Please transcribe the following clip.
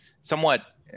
somewhat